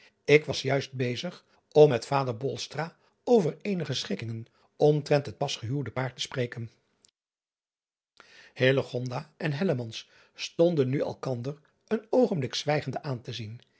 ik was juist bezig om met vader over eenige schikkingen omtrent het pas gehuwde paar te spreken en stonden nu elkander een oogenblik zwijgende aan te zien